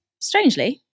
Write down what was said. Strangely